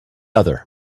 other